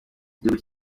igihugu